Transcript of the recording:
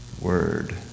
word